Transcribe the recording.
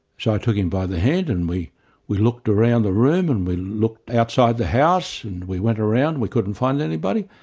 so i took him by the hand and we we looked around the room and we looked outside the house, and we went around, we couldn't find anybody.